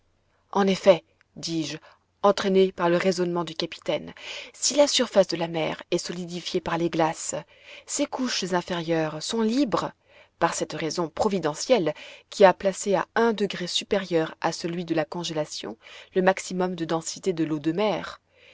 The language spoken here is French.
en effet dis-je entraîné par le raisonnement du capitaine si la surface de la mer est solidifiée par les glaces ses couches inférieures sont libres par cette raison providentielle qui a placé à un degré supérieur à celui de la congélation le maximum de densité de l'eau de mer